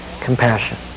compassion